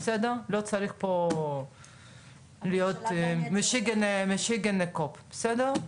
לא צריך פה להיות משיגנע קופ, בסדר?